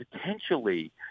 potentially